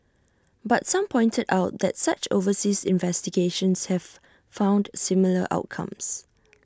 but some pointed out that such overseas investigations have found similar outcomes